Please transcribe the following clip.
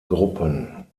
gruppen